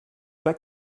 pas